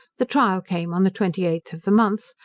the trial came on the twenty eighth of the month,